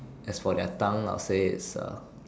as for their tongue I'll say it's a